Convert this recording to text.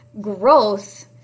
growth